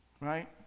Right